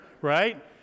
right